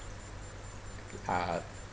uh